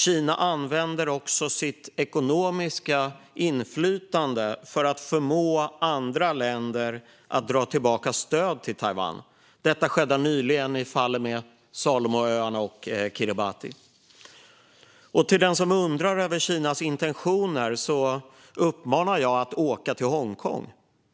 Kina använder också sitt ekonomiska inflytande för att förmå andra länder att dra tillbaka stöd till Taiwan. Detta skedde nyligen i fallen Salomonöarna och Kiribati. Den som undrar över Kinas intentioner uppmanar jag att åka till Hongkong.